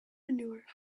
manure